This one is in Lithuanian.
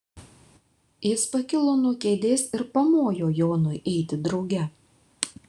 jis pakilo nuo kėdės ir pamojo jonui eiti drauge